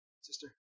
sister